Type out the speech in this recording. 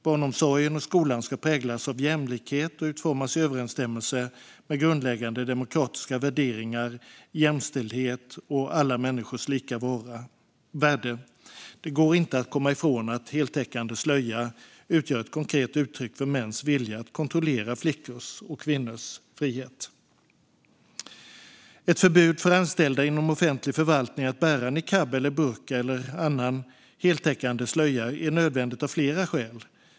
Barnomsorgen och skolan ska präglas av jämlikhet och utformas i överensstämmelse med grundläggande demokratiska värderingar, jämställdhet och alla människors lika värde. Det går inte att komma ifrån att heltäckande slöja utgör ett konkret uttryck för mäns vilja att kontrollera flickors och kvinnors frihet. Ett förbud för anställda inom offentlig förvaltning att bära niqab, burka eller annan heltäckande slöja är nödvändigt av flera skäl.